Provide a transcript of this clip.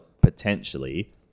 potentially